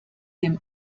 dem